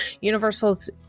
Universal's